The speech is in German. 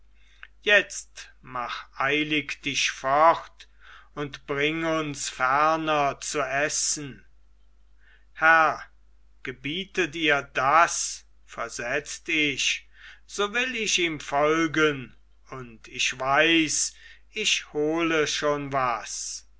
jetzt mach eilig dich fort und bring uns ferner zu essen herr gebietet ihr das versetzt ich so will ich ihm folgen und ich weiß ich hole schon was